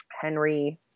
Henry